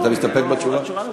אתה מסתפק בתשובה?